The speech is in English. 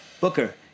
Booker